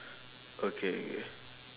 okay okay